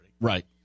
Right